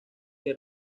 que